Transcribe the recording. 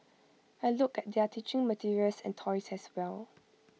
I looked at their teaching materials and toys as well